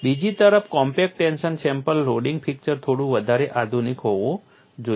બીજી તરફ compact tension sample loading fixture થોડું વધારે આધુનિક હોવું જોઈએ